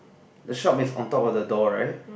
the shop is on top of the door right